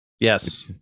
Yes